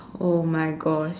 oh my gosh